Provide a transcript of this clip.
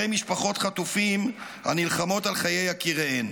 משפחות חטופים הנלחמות על חיי יקיריהן.